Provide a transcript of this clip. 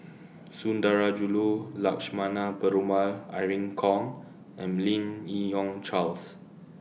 Sundarajulu Lakshmana Perumal Irene Khong and Lim Yi Yong Charles